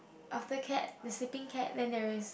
after cat the sleeping cat then there is